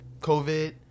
COVID